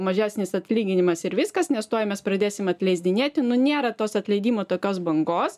mažesnis atlyginimas ir viskas nes tuoj mes pradėsime atmesdinėti nu nėra tos atleidimo tokios bangos